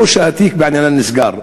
או שהתיק בעניינן נסגר.